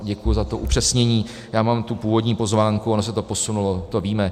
Děkuji vám za to upřesnění, já mám tu původní pozvánku, ono se to posunulo, to víme.